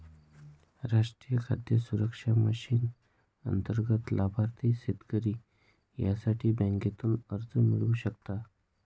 राष्ट्रीय खाद्य सुरक्षा मिशन अंतर्गत लाभार्थी शेतकरी यासाठी बँकेतून कर्ज मिळवू शकता